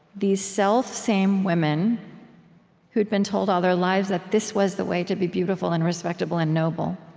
these selfsame women who'd been told all their lives that this was the way to be beautiful and respectable and noble,